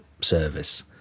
service